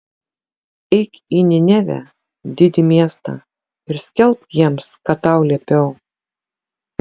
eik į ninevę didį miestą ir skelbk jiems ką tau liepiau